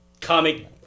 comic